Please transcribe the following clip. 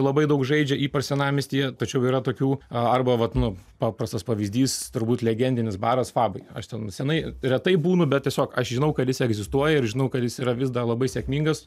labai daug žaidžia ypač senamiestyje tačiau yra tokių arba vat nu paprastas pavyzdys turbūt legendinis baras fabai aš ten senai retai būnu bet tiesiog aš žinau kad jis egzistuoja ir žinau kad jis yra vis dar labai sėkmingas